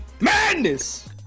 Madness